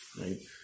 Right